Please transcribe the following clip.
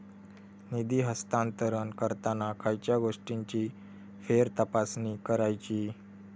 निधी हस्तांतरण करताना खयच्या गोष्टींची फेरतपासणी करायची?